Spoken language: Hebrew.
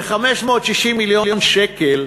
ו-560 מיליון שקל,